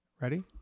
Ready